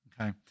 Okay